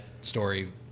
story